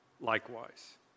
likewise